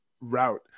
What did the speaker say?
route